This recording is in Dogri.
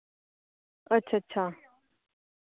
अच्छा अच्छा